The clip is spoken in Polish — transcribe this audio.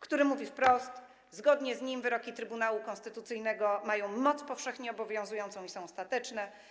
który mówi wprost, że wyroki Trybunału Konstytucyjnego mają moc powszechnie obowiązującą i są ostateczne.